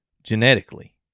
genetically